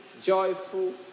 joyful